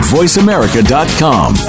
VoiceAmerica.com